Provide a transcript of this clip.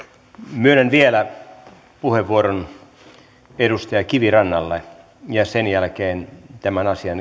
myönnän vielä puheenvuoron edustaja kivirannalle ja sen jälkeen tämän asian